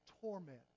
torment